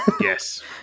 Yes